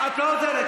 את לא נותנת.